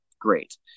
great